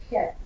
Yes